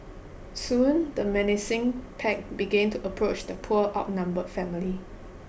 soon the menacing pack began to approach the poor outnumbered family